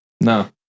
No